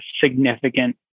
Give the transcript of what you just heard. significant